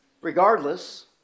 Regardless